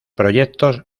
proyectos